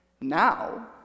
Now